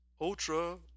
Ultra